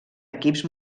equips